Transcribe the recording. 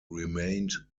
remained